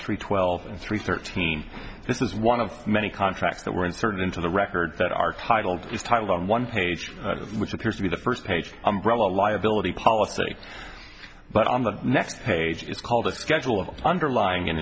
three twelve and three thirteen this is one of many contracts that were inserted into the records that are titled is titled on one page which appears to be the first page umbrella liability policy but on the next page is called a schedule of underlying